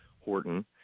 Horton